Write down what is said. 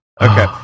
Okay